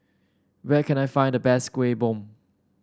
where can I find the best Kueh Bom